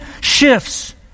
shifts